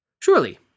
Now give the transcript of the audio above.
Surely